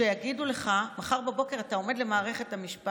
שיגידו לך: מחר בבוקר אתה עומד למשפט?